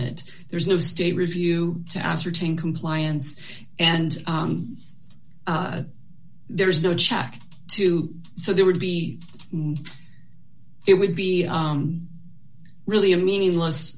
it there's no state review to ascertain compliance and there is no check to so there would be it would be really a meaningless